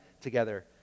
together